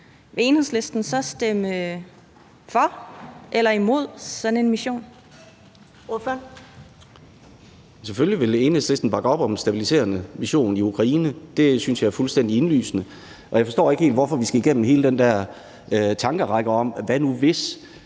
Ordføreren. Kl. 14:34 Peder Hvelplund (EL): Selvfølgelig vil Enhedslisten bakke op om en stabiliserende mission i Ukraine. Det synes jeg er fuldstændig indlysende, og jeg forstår ikke helt, hvorfor vi skal igennem hele den der tankerække om hvad nu hvis.